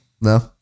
No